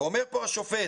אומר כאן השופט: